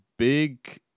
big